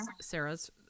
Sarah's